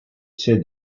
said